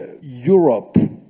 europe